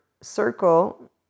circle